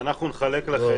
אנחנו נחלק לכם,